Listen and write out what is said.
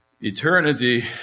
eternity